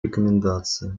рекомендации